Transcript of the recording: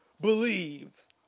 believes